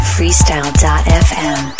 Freestyle.fm